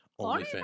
OnlyFans